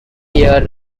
year